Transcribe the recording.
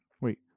Wait